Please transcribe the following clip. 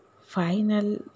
final